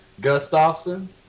Gustafson